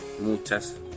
muchas